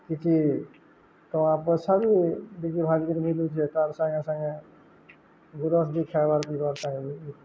କିଛି ତ ଆପସା ବି ବିିକି ଭାଙ୍ଗିକିରି ମିଲୁଛେ ତାର୍ ସାଙ୍ଗେ ସାଙ୍ଗେ ଗୁରସ୍ ବି ଖାଏବାର୍ ପିଇବାର୍ ସାଙ୍ଗେ